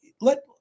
let